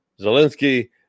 Zelensky